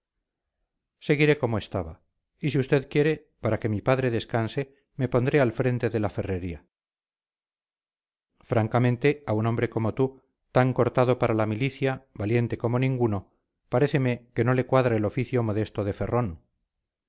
seguiré como estaba y si usted quiere para que mi padre descanse me pondré al frente de la ferrería francamente a un hombre como tú tan cortado para la milicia valiente como ninguno paréceme que no le cuadra el oficio modesto de ferrón